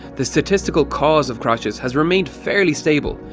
the statistical cause of crashes has remained fairly stable.